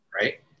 right